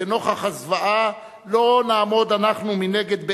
שנוכח הזוועה לא נעמוד אנחנו מנגד באלם,